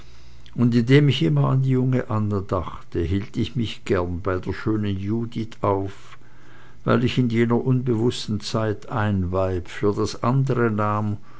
und indem ich immer an die junge anna dachte hielt ich mich gern bei der schönen judith auf weil ich in jener unbewußten zeit ein weib für das andere nahm